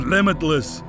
Limitless